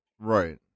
Right